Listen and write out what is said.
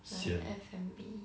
of F&B